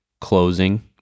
closing